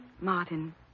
Martin